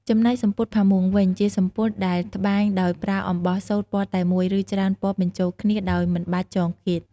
ចំណែកសំពត់ផាមួងវិញ ជាសំពត់ដែលត្បាញដោយប្រើអំបោះសូត្រពណ៌តែមួយ ឬច្រើនពណ៌បញ្ចូលគ្នាដោយមិនបាច់ចងគាត។